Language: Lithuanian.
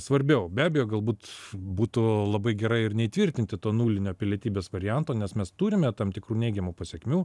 svarbiau be abejo galbūt būtų labai gerai ir neįtvirtinti to nulinio pilietybės varianto nes mes turime tam tikrų neigiamų pasekmių